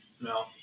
No